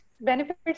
benefits